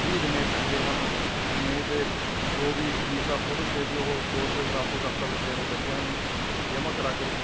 free ਦੇਣੇ ਪੈਂਦੇ ਹਨ ਨਹੀਂ ਤਾਂ ਜੋ ਵੀ ਫ਼ੀਸ ਆ ਫੋਟੋਸਟੇਟ ਦੀ ਉਹ ਦੋ ਰੁਪਏ ਦੇ ਹਿਸਾਬ ਦੇ ਦਸਤਾਵੇਜ਼ ਦੇਣੇ ਪੈਂਦੇ ਹਨ ਜਮ੍ਹਾਂ ਕਰਵਾ ਕੇ